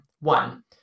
One